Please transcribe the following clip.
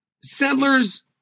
settlers